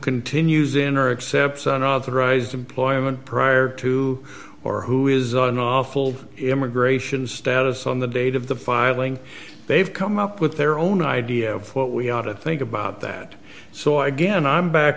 continues in or except son authorized employment prior to or who is unlawful immigration status on the date of the filing they've come up with their own idea of what we ought to think about that so i again i'm back